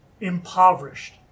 impoverished